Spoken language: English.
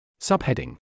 Subheading